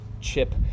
chip